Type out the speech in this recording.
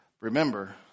Remember